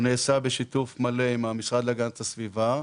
הוא נעשה בשיתוף עם המשרד להגנת הסביבה.